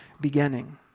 beginning